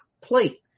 plate